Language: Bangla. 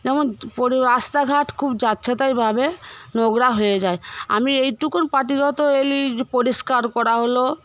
যেমন রাস্তাঘাট খুব যাচ্ছেতাইভাবে নোংরা হয়ে যায় আমি এইটুকু পার্টিগত এলি পরিষ্কার করা হলো